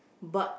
but